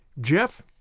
Jeff